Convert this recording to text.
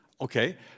Okay